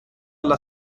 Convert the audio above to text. alla